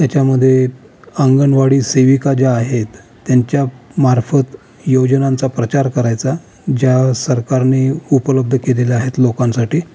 त्याच्यामध्ये आंगणवाडी सेविका ज्या आहेत त्यांच्यामार्फत योजनांचा प्रचार करायचा ज्या सरकारने उपलब्ध केलेल्या आहेत लोकांसाठी